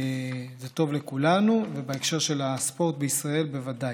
זה טוב לכולנו, ובהקשר של הספורט בישראל, בוודאי.